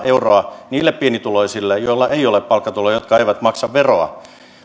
euroa niille pienituloisille joilla ei ole palkkatuloja ja jotka eivät maksa veroa